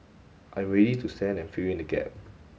I'm ready to send and fill in the gap